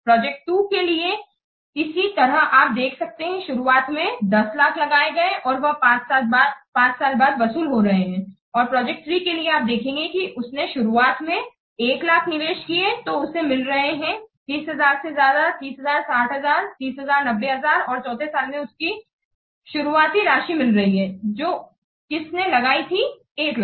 project 2 के लिए इसी तरह आप देख सकते हैं शुरुआत में 1000000 लगाए गए हैं और वह 5 साल बाद वसूल हो रहे हैं और प्रोजेक्ट 3 के लिए आप देखेंगे कि उसने शुरुआत में 100000 निवेश किए तो उसे मिल रहे हैं 30 से ज्यादा 30 60 30 90 और चौथे साल में उसको शुरुआती राशि मिल रही है जो किसने लगाई थी 100000